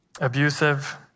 abusive